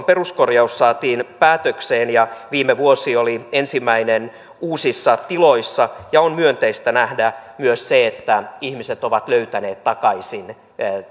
peruskorjaus saatiin päätökseen ja viime vuosi oli ensimmäinen uusissa tiloissa on myönteistä nähdä myös se että ihmiset ovat löytäneet takaisin